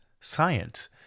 science